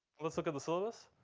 let's look at the syllabus.